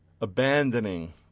Abandoning